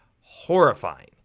horrifying